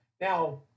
Now